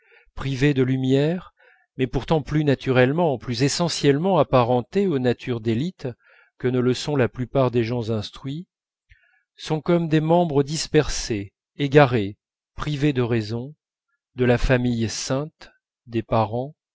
privés de lumière mais qui pourtant plus naturellement plus essentiellement apparentés aux natures d'élite que ne le sont la plupart des gens instruits sont comme des membres dispersés égarés privés de raison de la famille sainte des parents